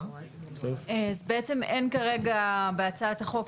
אז בעצם אין כרגע בהצעת החוק,